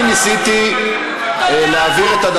תודה רבה.